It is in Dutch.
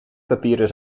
papieren